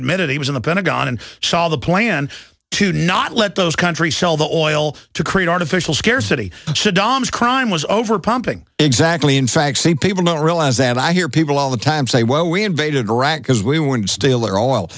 admitted he was in the pentagon and saw the plan to not let those country sell the oil to create artificial scarcity saddam's crime was over pumping exactly in fact sane people don't realize that i hear people all the time say well we invaded iraq because we want to steal their oil